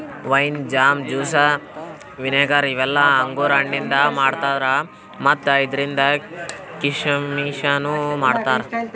wine, jam, juice, vinegar ಇವೆಲ್ಲ ಅಂಗುರ್ ಹಣ್ಣಿಂದ್ ಮಾಡ್ತಾರಾ ಮತ್ತ್ ಇದ್ರಿಂದ್ ಕೀಶಮಿಶನು ಮಾಡ್ತಾರಾ